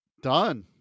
done